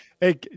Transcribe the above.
Hey